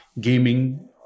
gaming